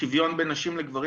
השוויון בין נשים לגברים.